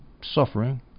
suffering